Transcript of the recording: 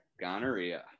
gonorrhea